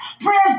Prayers